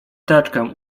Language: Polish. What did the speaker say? teczkę